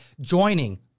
joining